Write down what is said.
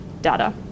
data